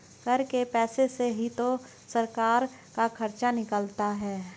कर के पैसे से ही तो सरकार का खर्चा निकलता है